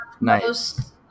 nice